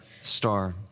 star